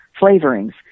flavorings